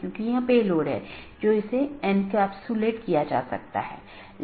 और यह मूल रूप से इन पथ विशेषताओं को लेता है